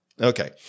Okay